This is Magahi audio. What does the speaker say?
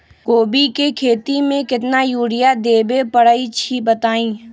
कोबी के खेती मे केतना यूरिया देबे परईछी बताई?